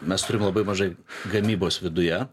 mes turim labai mažai gamybos viduje